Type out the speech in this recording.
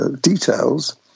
details